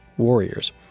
warriors